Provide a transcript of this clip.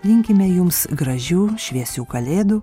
linkime jums gražių šviesių kalėdų